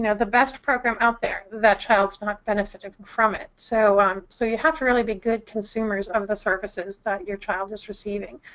and the best program out there, that child is but not benefiting from from it. so um so you have to really be good consumers of the services that your child is receiving.